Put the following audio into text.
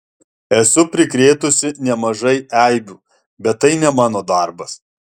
esu prikrėtusi nemažai eibių bet tai ne mano darbas